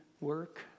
work